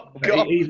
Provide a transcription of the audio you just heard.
God